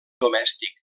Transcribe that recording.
domèstic